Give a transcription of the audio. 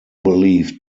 believed